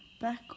back